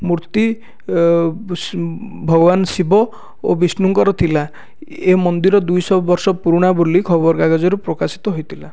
ମୂର୍ତ୍ତି ଭଗବାନ୍ ଶିବ ଓ ବିଷ୍ଣୁଙ୍କର ଥିଲା ଏହି ମନ୍ଦିର ଦୁଇ ଶହ ବର୍ଷ ପୁରୁଣା ବୋଲି ଖବର କାଗଜରେ ପ୍ରକାଶିତ ହୋଇଥିଲା